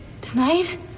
Tonight